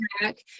back